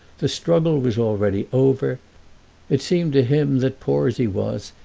the struggle was already over it seemed to him that, poor as he was,